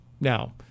now